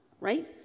right